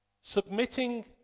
Submitting